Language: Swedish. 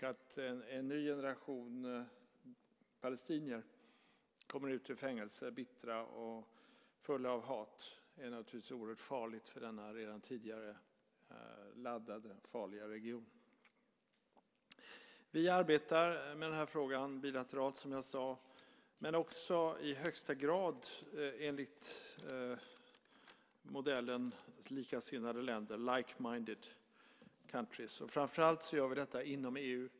Att en ny generation palestinier kommer ut ur fängelse, bittra och fulla av hat, är naturligtvis oerhört farligt för denna redan tidigare laddade och farliga region. Vi arbetar med frågan bilateralt, som jag sade, men också i högsta grad enligt modellen med likasinnade länder, like-minded countries . Framför allt gör vi detta inom EU.